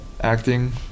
acting